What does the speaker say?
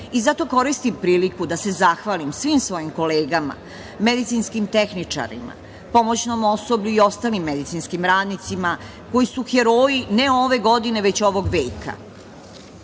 koristim priliku da se zahvalim svim svojim kolegama, medicinskim tehničarima, pomoćnom osoblju i ostalim medicinskim radnicima koji su heroji ne ove godine već ovog